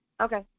Okay